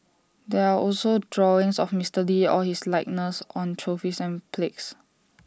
there are also drawings of Mister lee or his likeness on trophies and plagues